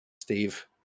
Steve